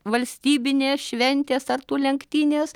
valstybinės šventės sartų lenktynės